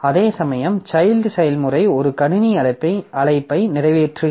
அதேசமயம் சைல்ட் செயல்முறை ஒரு கணினி அழைப்பை நிறைவேற்றுகிறது